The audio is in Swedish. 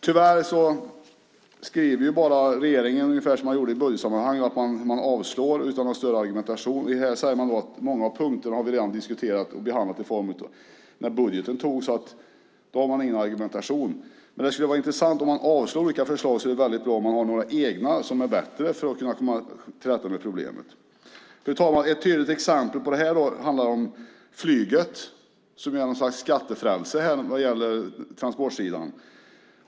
Tyvärr skriver man från regeringssidan ungefär som man gjorde i budgetsammanhang. Man avstyrker förslagen utan någon större argumentation. Man säger att man redan har diskuterat många av punkterna och behandlat dem när budgeten antogs. Då har man ingen argumentation. Om man avstyrker olika förslag är det bra om man har några egna som är bättre för att komma till rätta med problemet. Fru talman! Ett tydligt exempel på detta handlar om flyget som är något slags skattefrälse på transportsidan.